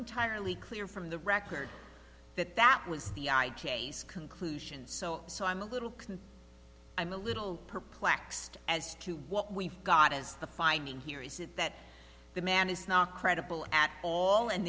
entirely clear from the record that that was the i case conclusions so so i'm a little can i'm a little perplexed as to what we've got as the finding here is it that the man is not credible at all and